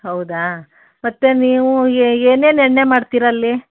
ಹೌದಾ ಮತ್ತೆ ನೀವು ಏ ಏನು ಏನು ಎಣ್ಣೆ ಮಾಡ್ತೀರಾ ಅಲ್ಲಿ